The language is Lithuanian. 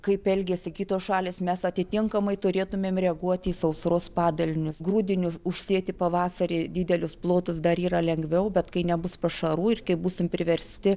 kaip elgiasi kitos šalys mes atitinkamai turėtumėm reaguoti į sausros padarinius grūdinius užsėti pavasarį didelius plotus dar yra lengviau bet kai nebus pašarų ir kai būsim priversti